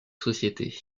société